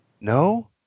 No